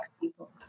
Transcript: people